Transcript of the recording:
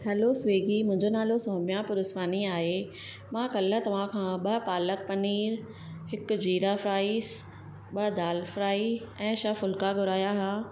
hello Swiggy मुंहिंजो नालो सोमिया पुरुसवानी आहे मां कल्ह तव्हां खां ॿ पालक पनीर हिकु जीरा फ्राइज़ ॿ दाल फ्राई ऐं छह फुल्का घुराया हुआ